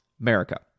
America